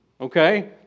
Okay